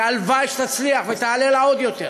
שהלוואי שתצליח, ותעלה לה עוד יותר,